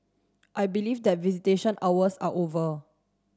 I believe that visitation hours are over